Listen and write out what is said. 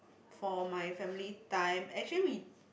for my family time actually we